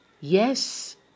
Yes